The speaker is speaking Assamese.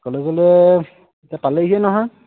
ক'বলৈ গ'লে এতিয়া পালেহিয়ে নহয়